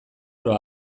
oro